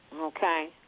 Okay